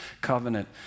covenant